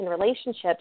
relationships